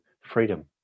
freedom